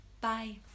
bye